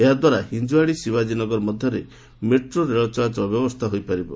ଏହା ଦ୍ୱାରା ହିଞ୍ଜଓ୍ୱାଡ଼ି ଶିବାଜୀନଗର ମଧ୍ୟରେ ମେଟ୍ରୋ ରେଳ ଚଳାଚଳ ବ୍ୟବସ୍ଥା ହୋଇପାରିବ